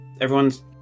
everyone's